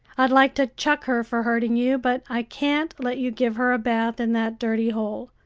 i'd like to chuck her for hurting you, but i can't let you give her a bath in that dirty hole.